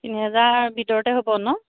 তিনি হাজাৰ ভিতৰতে হ'ব ন